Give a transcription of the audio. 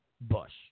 Bush